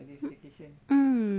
mm